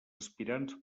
aspirants